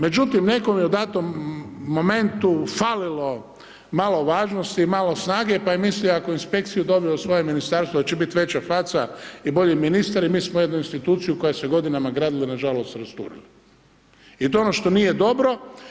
Međutim, nekom je u datom momentu falilo, malo važnosti, malo snage, pa je mislio ako je inspekciju doveo u svoje ministarstvo, da će biti veća faca i bolji ministar i mi smo jednu instituciju, koja se godinama gradila nažalost … I to je ono što nije dobro.